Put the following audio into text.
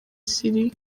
siriya